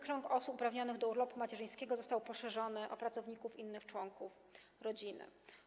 Krąg osób uprawnionych do urlopu macierzyńskiego został poszerzony o pracowników - innych członków rodziny.